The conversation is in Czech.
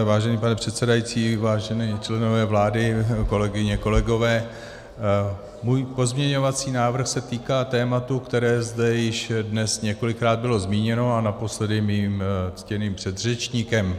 Vážený pane předsedající, vážení členové vlády, kolegyně, kolegové, můj pozměňovací návrh se týká tématu, které zde již dnes několikrát bylo zmíněno, a naposledy mým ctěným předřečníkem.